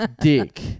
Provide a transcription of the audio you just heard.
dick